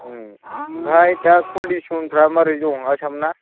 उम ओमफ्राय दा कन्दिसनफ्रा मारै दं आसामना